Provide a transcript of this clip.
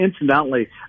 incidentally